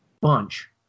bunch